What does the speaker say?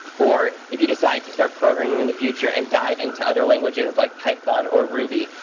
or if you decide to start programming in the future and dive into other languages, like python or ruby.